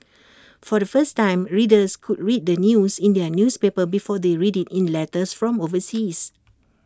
for the first time readers could read the news in their newspaper before they read IT in letters from overseas